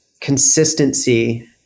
consistency